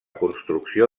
construcció